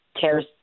tears